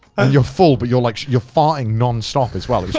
ah you're full. but you're like, you're farting nonstop as well. it yeah